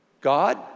God